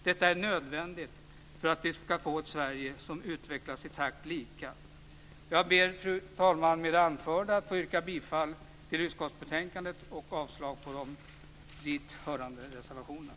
Detta är nödvändigt för att vi skall få ett Sverige som utvecklas i samma takt. Fru talman! Med det anförda vill jag yrka bifall till hemställan i utskottets betänkande och avslag på reservationerna.